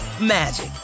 magic